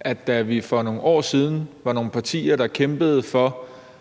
at da vi for nogle år siden var nogle partier, der kæmpede for